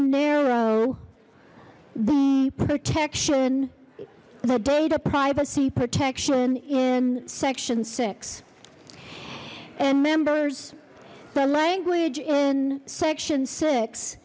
narrow the protection the data privacy protection in section six and members the language in section six